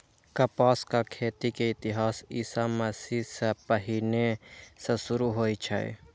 कपासक खेती के इतिहास ईशा मसीह सं पहिने सं शुरू होइ छै